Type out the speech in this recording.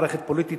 מערכת פוליטית,